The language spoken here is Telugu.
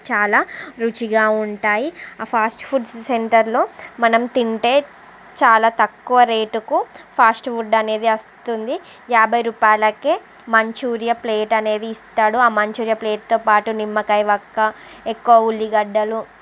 చాలా రుచిగా ఉంటాయి ఆ ఫాస్ట్ ఫుడ్స్ సెంటర్లో మనం తింటే చాలా తక్కువ రేటుకు ఫాస్ట్ ఫుడ్ అనేది వస్తుంది యాభై రూపాయలకే మంచూరియా ప్లేట్ అనేది ఇస్తాడు ఆ మంచూరియా ప్లేట్తో పాటు నిమ్మకాయ వక్క ఎక్కువ ఉల్లిగడ్డలు